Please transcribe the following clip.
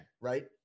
right